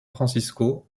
francisco